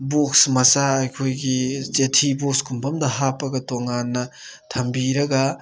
box ꯃꯆꯥ ꯑꯩꯈꯣꯏꯒꯤ ꯆꯦꯊꯤ ꯕꯣꯛꯁꯀꯨꯝꯕꯝꯗ ꯍꯥꯞꯄꯒ ꯇꯣꯉꯥꯟꯅ ꯊꯝꯕꯤꯔꯒ